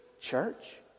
church